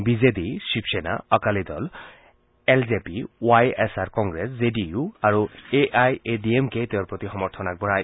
B J D Shivsena Akali Dal L J P Y S R Congress J D U আৰু A I A D M K তেওঁৰ প্ৰতি সমৰ্থন আগবঢ়ায়